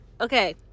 okay